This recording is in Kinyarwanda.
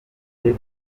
njye